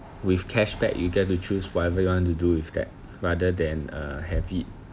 with cashback you get to choose whatever you want to do with that rather than uh have it